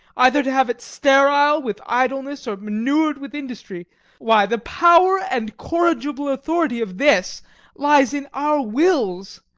either to have it sterile with idleness or manured with industry why, the power and corrigible authority of this lies in our wills.